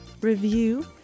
review